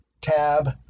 tab